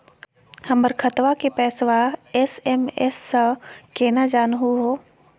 हमर खतवा के पैसवा एस.एम.एस स केना जानहु हो?